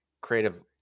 creative